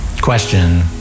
question